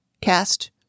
cast